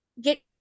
get